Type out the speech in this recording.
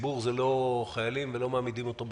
ציבור זה לא חיילים ולא מעמידים אותו בשלשות.